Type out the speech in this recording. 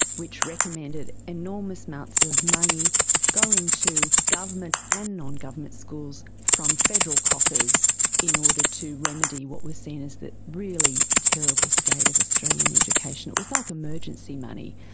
which recommended enormous amounts of money go in to government and non-government schools from federal coffers in order to remedy what was seen as the really terrible state of australian education. it was like emergency money.